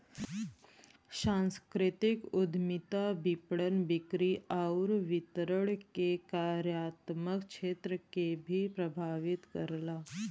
सांस्कृतिक उद्यमिता विपणन, बिक्री आउर वितरण के कार्यात्मक क्षेत्र के भी प्रभावित करला